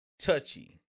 Touchy